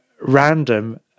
random